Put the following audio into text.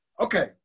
Okay